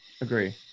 Agree